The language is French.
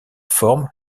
forme